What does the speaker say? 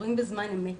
שקורים בזמן אמת.